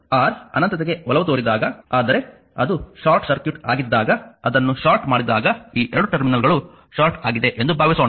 R ಅನಂತತೆಗೆ ಒಲವು ತೋರಿದಾಗ ಆದರೆ ಅದು ಶಾರ್ಟ್ ಸರ್ಕ್ಯೂಟ್ ಆಗಿದ್ದಾಗ ಅದನ್ನು ಶಾರ್ಟ್ ಮಾಡಿದಾಗ ಈ 2 ಟರ್ಮಿನಲ್ಗಳು ಶಾರ್ಟ್ ಆಗಿದೆ ಎಂದು ಭಾವಿಸೋಣ